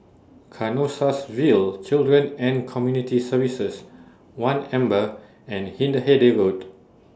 Canossaville Children and Community Services one Amber and Hindhede Road